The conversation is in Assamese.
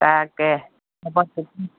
তাকে হ'ব দিয়ক